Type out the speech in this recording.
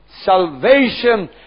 salvation